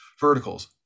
verticals